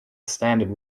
standard